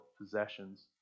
possessions